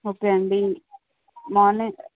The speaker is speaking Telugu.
ఓకే అండి మార్నింగ్